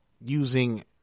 using